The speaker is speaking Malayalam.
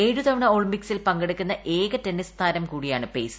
ഏഴുതവണ ഒളിമ്പിക്സിൽ പങ്കെടുക്കുന്ന ഏക ടെന്നീസ് താരം കൂടിയാണ് പേസ്